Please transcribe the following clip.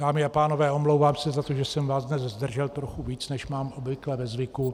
Dámy a pánové, omlouvám se za to, že jsem vás dnes zdržel trochu více, než mám obvykle ve zvyku.